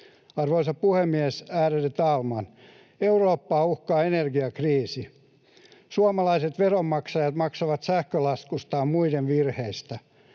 Arvoisa puhemies, ärade talman! Eurooppaa uhkaa energiakriisi. Suomalaiset veronmaksajat maksavat sähkölaskussaan muiden virheistä.